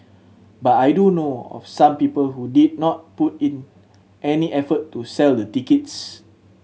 but I do know of some people who did not put in any effort to sell the tickets